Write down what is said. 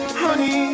honey